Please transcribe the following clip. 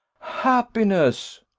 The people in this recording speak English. happiness!